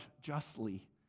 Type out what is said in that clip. justly